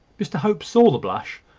mr hope saw the blush,